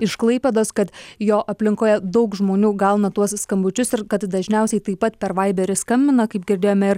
iš klaipėdos kad jo aplinkoje daug žmonių gauna tuos skambučius ir kad dažniausiai taip pat per vaiberį skambina kaip girdėjome ir